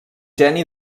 geni